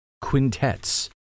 quintets